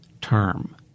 term